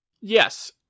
Yes